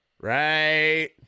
right